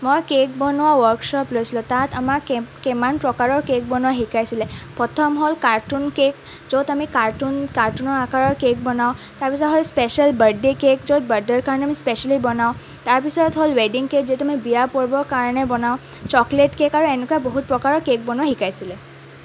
মই কেক বনোৱা ৱৰ্কশ্বপ লৈছিলোঁ তাত আমাক কিমা কিমান প্ৰকাৰৰ কেক বনোৱা শিকাইছিলে প্ৰথম হ'ল কাৰ্টোন কেক য'ত আমি কাৰ্টোন কাৰ্টোনৰ আকাৰৰ কেক বনাওঁ তাৰপিছত হ'ল স্পেচিয়েল বাৰ্থডে কেক য'ত বাৰ্থডেৰ কাৰণে আমি স্পেচিয়েলী বনাওঁ তাৰপিছত হ'ল ৱেডিং কেক যিটো আমি বিয়াৰ পৰ্বৰ কাৰণে বনাওঁ চকলেট কেক আৰু এনেকুৱা বহুত প্ৰকাৰৰ কেক বনোৱা শিকাইছিলে